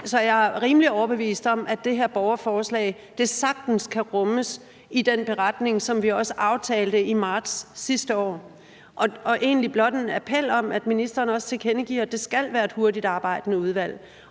så er jeg rimelig overbevist om, at det her borgerforslag sagtens kan rummes i den beretning, som vi også aftalte i marts sidste år. Og det er egentlig blot en appel om, at ministeren også tilkendegiver, at det skal være et hurtigtarbejdende udvalg,